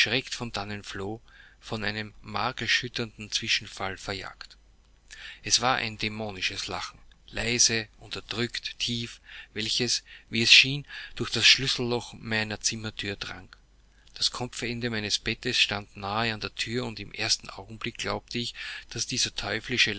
von dannen floh von einem markerschütternden zwischenfall verjagt es war ein dämonisches lachen leise unterdrückt tief welches wie es schien durch das schlüsselloch meiner zimmerthür drang das kopfende meines bettes stand nahe an der thür und im ersten augenblick glaubte ich daß dieser teuflische